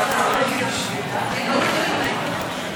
עד היום,